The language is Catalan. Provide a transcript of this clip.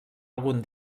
algun